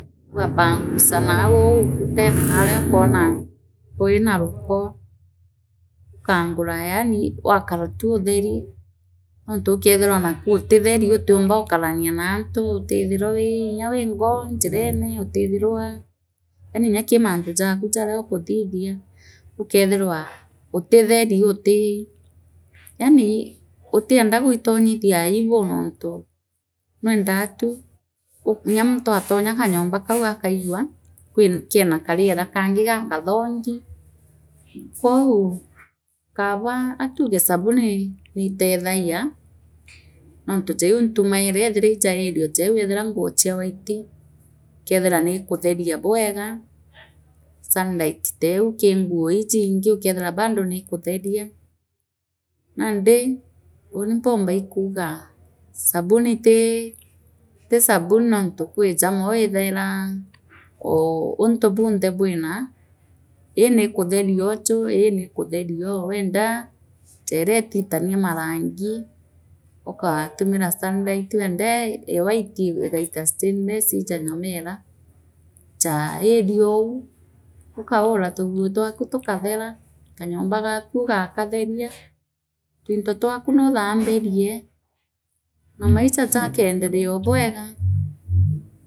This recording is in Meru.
Ugapangusaa nau uu ukutane naaria ukwona kwima ruuko ukaangura yaani waakara tu utheri nontu ukethira naku utitheri utiumba ukarania naantu utethiraa wii nyaa wangwa njirene utithirwa eeni nya ki muntu jaaku jaria ookuthithia ukethirwa utitheri uti yaani utienda gwitonyithia aibu nontu nwenda tuunya muntu aatonya kanyomba kau akaigua kwi kena kariera kangi gakathongi kwou Kaaba atuuge sabuni niitethagia nontu jaa iu ntumaira eethira iiji ariel jeu ethira nguu chia white ikeethira niikatheria bweega sunlight teu ki nguu iyi iingi ukethirwa niikutheria nandi uuni mpumba ikuugaa sabuni ti sabuni nontu kwi jamwe withaira uu untu bunthe bwii ii niikutherioju ii niikutherioo weenda jeeria itiitaria marangi ukaatumira sunlight wendaa ee ewhite igaita stainness ijangomeria ijaa ariel uu ukaura tuguu twaku tukathera kanyomba gaku ugakatheria twinto twaku nuuthambirie naa maicha jakeonderea oobwega.